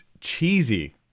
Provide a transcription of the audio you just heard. cheesy